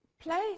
play